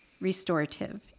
restorative